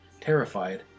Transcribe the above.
Terrified